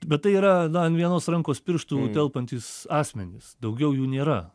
bet tai yra na ant vienos rankos pirštų telpantys asmenys daugiau jų nėra